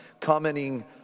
commenting